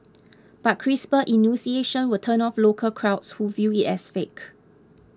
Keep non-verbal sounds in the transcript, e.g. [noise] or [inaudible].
[noise] but crisper enunciation will turn off local crowds who view it as fake